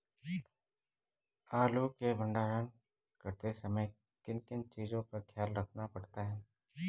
आलू के भंडारण करते समय किन किन चीज़ों का ख्याल रखना पड़ता है?